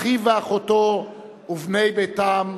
לאחיו ואחותו ובני ביתם.